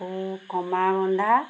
আকৌ কমাৰবন্ধা